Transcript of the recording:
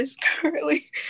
currently